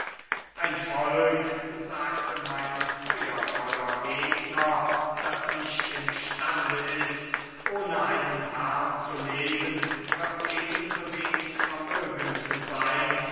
ein volk sagte mein feuervollen gegner das nicht im stande ist ohne einen herren zu leben wird eben so wenig vermögend seyn